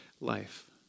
life